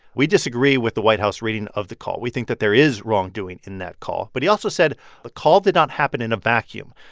we disagree with the white house reading of the call. we think that there is wrongdoing in that call. but he also said the call did not happen in a vacuum.